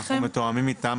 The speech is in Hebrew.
אנחנו מתואמים איתם.